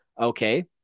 Okay